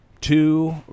two